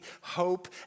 hope